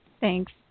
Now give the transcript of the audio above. Thanks